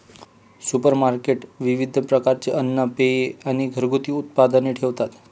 supermarket विविध प्रकारचे अन्न, पेये आणि घरगुती उत्पादने ठेवतात